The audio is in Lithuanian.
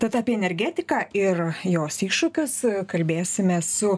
tad apie energetiką ir jos iššūkius kalbėsimės su